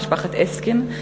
משפחת אסקין.